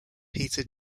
peter